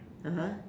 (uh huh)